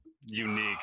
unique